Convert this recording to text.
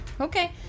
Okay